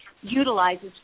utilizes